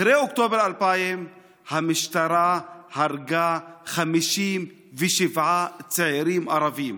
אחרי אוקטובר 2000 המשטרה הרגה 57 צעירים ערבים.